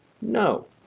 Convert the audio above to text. No